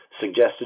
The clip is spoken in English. suggested